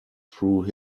through